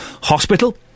Hospital